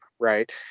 Right